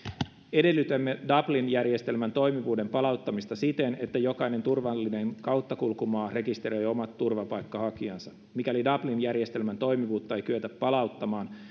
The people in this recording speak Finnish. edellytämme dublin järjestelmän toimivuuden palauttamista siten että jokainen turvallinen kauttakulkumaa rekisteröi omat turvapaikanhakijansa mikäli dublin järjestelmän toimivuutta ei kyetä palauttamaan